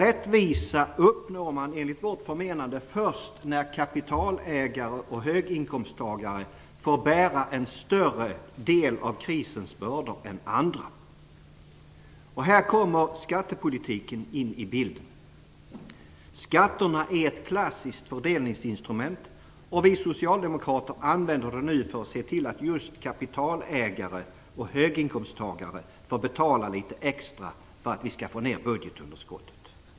Rättvisa uppnår man enligt vårt förmenande först när kapitalägare och höginkomsttagare får bära en större del av krisens bördor än andra. Här kommer skattepolitiken in i bilden. Skatterna är ett klassiskt fördelningsinstrument, och vi socialdemokrater använder det nu för att se till att just kapitalägare och höginkomsttagare får betala litet extra för att vi skall få ned budgetunderskottet.